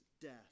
death